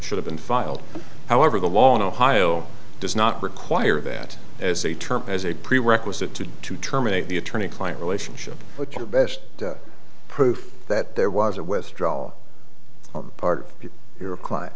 should have been filed however the law in ohio does not require that as a term as a prerequisite to to terminate the attorney client relationship but your best proof that there was a west draw